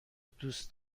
دوست